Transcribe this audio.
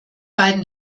beiden